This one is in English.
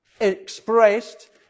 expressed